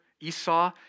Esau